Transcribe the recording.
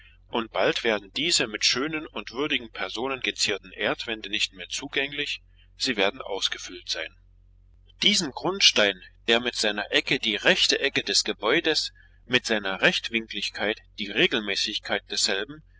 und bald werden diese mit schönen und würdigen personen gezierten erdwände nicht mehr zugänglich sie werden ausgefüllt sein diesen grundstein der mit seiner ecke die rechte ecke des gebäudes mit seiner rechtwinkligkeit die regelmäßigkeit desselben